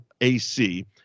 AC